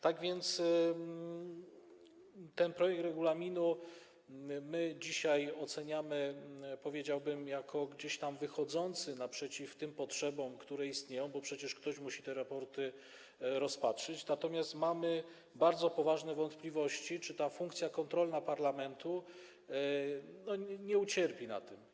Tak więc ten projekt regulaminu dzisiaj oceniamy, powiedziałbym, jako gdzieś tam wychodzący naprzeciw potrzebom, które istnieją, bo przecież ktoś musi te raporty rozpatrzyć, natomiast mamy bardzo poważne wątpliwości, czy ta funkcja kontrolna parlamentu nie ucierpi na tym.